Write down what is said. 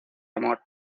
amor